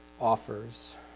offers